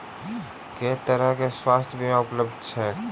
केँ तरहक स्वास्थ्य बीमा उपलब्ध छैक?